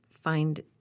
find